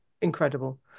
incredible